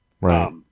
Right